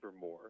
more